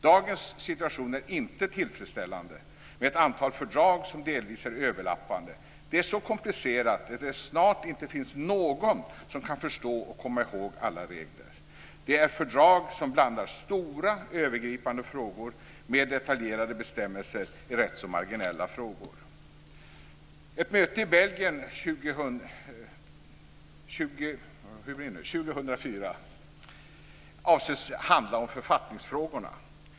Dagens situation är inte tillfredsställande med ett antal fördrag som delvis är överlappande. Det är så komplicerat att det snart inte finns någon som kan förstå och komma i håg alla regler. Det är fördrag som blandar stora övergripande frågor med detaljerade bestämmelser i rätt så marginella frågor. Ett möte i Belgien 2004 avses handla om författningsfrågorna.